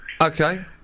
Okay